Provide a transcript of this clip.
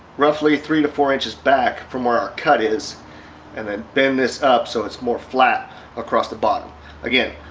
roughly three to four inches back from where our cut is and then bend this up so it's more flat across the bottom again,